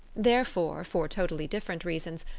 therefore, for totally different reasons,